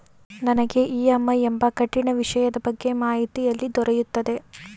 ನನಗೆ ಇ.ಎಂ.ಐ ಎಂಬ ಕಠಿಣ ವಿಷಯದ ಬಗ್ಗೆ ಮಾಹಿತಿ ಎಲ್ಲಿ ದೊರೆಯುತ್ತದೆಯೇ?